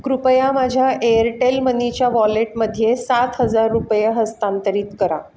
कृपया माझ्या एअरटेल मनीच्या वॉलेटमध्ये सात हजार रुपये हस्तांतरित करा